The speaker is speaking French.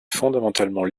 fondamentalement